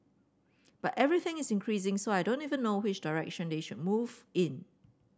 but everything is increasing so I don't even know which direction they should move in